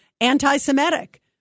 anti-Semitic